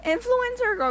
Influencer